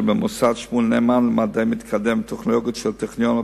שבמוסד שמואל נאמן למחקר מתקדם במדע ובטכנולוגיה שבטכניון,